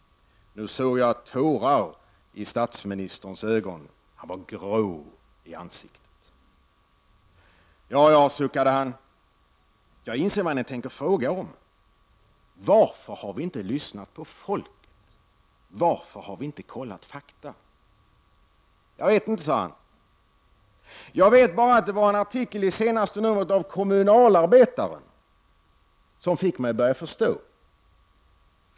Nu såg jag tårar i statsministerns ögon. Han var grå i ansiktet. Ja, ja, suckade han, jag inser vad ni tänker fråga om. Varför har vi inte lyssnat på folket? Varför har vi inte kollat fakta? Jag vet inte. Jag vet bara att det var en artikel i senaste numret av Kommunalarbetaren som fick mig att börja förstå.